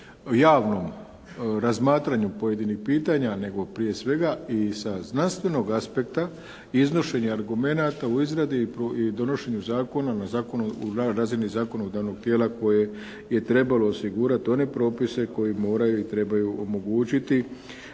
javnom razmatranju pojedinih pitanja, nego prije svega i sa znanstvenog aspekta i iznošenja argumenata u izradi i donošenju zakona na razini zakonodavnog tijela koje je trebalo osigurati one propise koji moraju i trebaju omogućiti